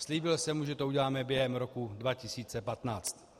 Slíbil jsem mu, že to uděláme během roku 2015.